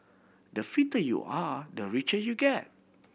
the fitter you are the richer you get